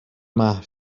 محو